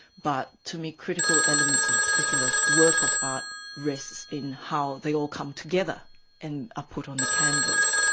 but to me, critical elements of a particular work of art rests in how they all come together and are ah put on the canvas.